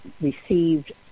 received